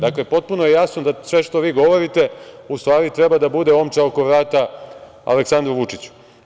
Dakle, potpuno je jasno da sve što vi govorite u stvari treba da bude omča oko vrata Aleksandru Vučiću.